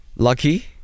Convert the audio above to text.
Lucky